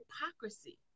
hypocrisy